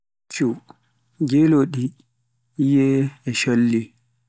puccu, gelooɗi, ƴiye e colli